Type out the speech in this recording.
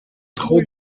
trop